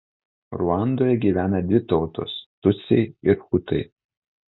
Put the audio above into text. ruandoje gyvena dvi tautos tutsiai ir hutai